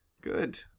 Good